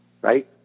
Right